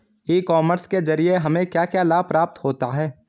ई commerce के ज़रिए हमें क्या क्या लाभ प्राप्त होता है?